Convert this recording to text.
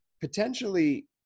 potentially